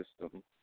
system